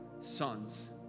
sons